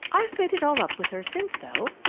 i've made it all up with her since, though!